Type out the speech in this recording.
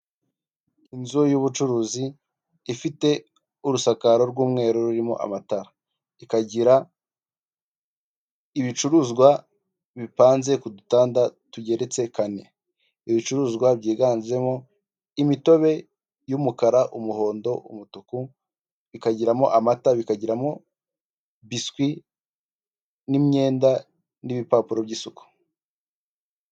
Inzu y'ubucuruzi ifite urusakaro rw'umweru rurimo amatara, ikagira ibicuruzwa bipanze ku dutanda tugeretse kane, ibicuruzwa byiganjemo imitobe y'umukara, umuhondo, umutuku, bikagiramo amata, bikagiramo biswi n'imyenda n'ibipapuro by'isuku.